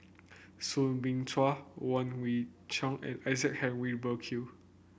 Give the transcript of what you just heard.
Soo Bin Chua Wong Kwei Cheong and Isaac Henry Burkill